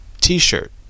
t-shirt